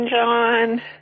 John